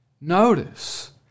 Notice